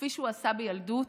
כפי שהוא עשה בילדות,